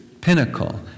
pinnacle